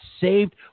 saved